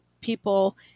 people